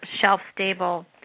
shelf-stable